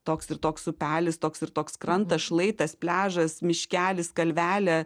toks ir toks upelis toks ir toks kranto šlaitas pliažas miškelis kalvelė